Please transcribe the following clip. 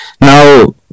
Now